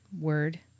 word